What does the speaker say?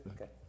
Okay